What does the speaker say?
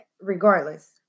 regardless